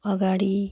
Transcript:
अगाडि